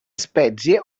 specie